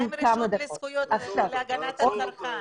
מה עם הרשות להגנת הצרכן?